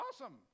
awesome